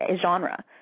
genre